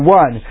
one